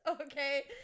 okay